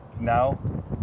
now